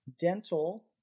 dental